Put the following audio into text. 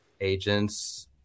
agents